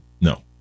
No